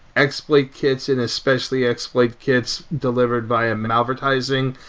exploit kits and especially exploit kits delivered by a malvertising,